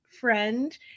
friend